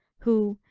who,